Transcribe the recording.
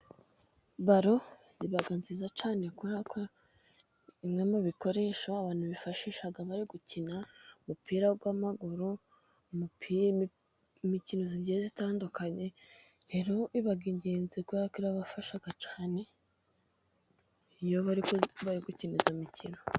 Baro ziba nziza cyane kubera ko ari imwe mu bikoresho abantu bifashisha bari gukina umupira w'amaguru. Umupira nk'imikino igiye itandukanye rero iba ingenzi kuko ibafasha cyane, iyo bari gukina iyo mikino.